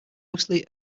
mostly